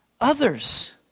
others